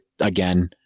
again